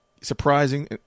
surprising –